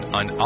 on